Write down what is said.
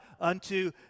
unto